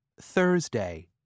Thursday